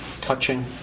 touching